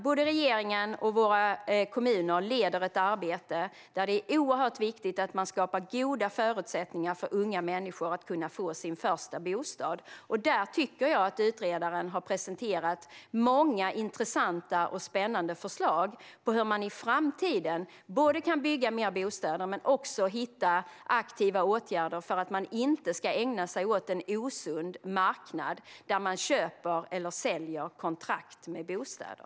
Både regeringen och våra kommuner leder ett arbete där det är oerhört viktigt att man skapar goda förutsättningar för unga människor att få sin första bostad. Där tycker jag att utredaren har presenterat många intressanta och spännande förslag på hur man i framtiden kan både bygga mer bostäder och hitta aktiva åtgärder för att människor inte ska ägna sig åt en osund marknad där kontrakt för bostäder köps eller säljs.